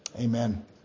Amen